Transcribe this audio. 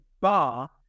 bar